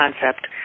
concept